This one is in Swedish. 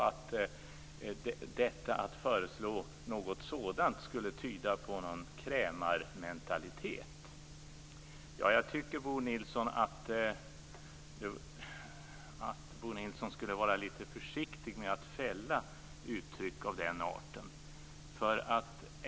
Att föreslå något sådant skulle tyda på en krämarmentalitet, sade Bo Nilsson. Jag tycker att Bo Nilsson borde vara litet försiktig med att fälla uttryck av den arten.